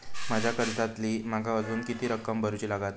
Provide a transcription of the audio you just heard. माझ्या कर्जातली माका अजून किती रक्कम भरुची लागात?